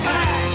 Back